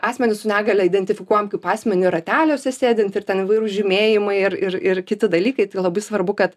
asmenis su negalia identifikuojam kaip asmenį rateliuose sėdint ir ten įvairūs žymėjimai ir ir ir kiti dalykai tai labai svarbu kad